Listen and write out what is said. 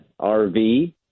RV